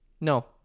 No